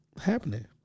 happening